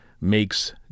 Makes